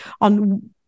on